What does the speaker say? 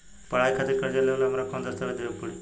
पढ़ाई खातिर कर्जा लेवेला हमरा कौन दस्तावेज़ देवे के पड़ी?